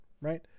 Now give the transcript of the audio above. right